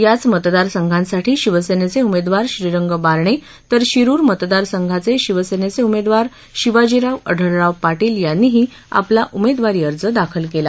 याच मतदारसंघांसाठी शिवसेनेचे उमेदवार श्रीरंग बारणे तर शिरूर मतदार संघांचे शिवसेनेचे उमेदवार शिवाजीराव अढळराव पाटील यांनीही आपला उमेदवारी अर्ज दाखल केला